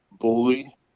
bully